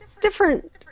different